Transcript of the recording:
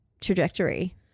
trajectory